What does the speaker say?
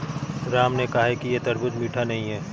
राम ने कहा कि यह तरबूज़ मीठा नहीं है